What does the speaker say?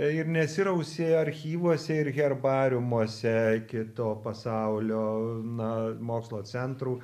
ir nesirausė archyvuose ir herbariumuose kito pasaulio na mokslo centrų